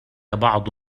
بعض